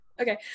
Okay